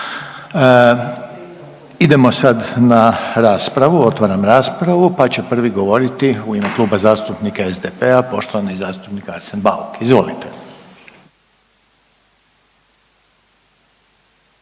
Idemo sad na raspravu. Otvaram raspravu pa će prvi govoriti u ime Kluba zastupnika SDP-a Arsen Bauk. Izvolite.